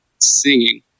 Singing